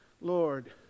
Lord